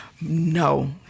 No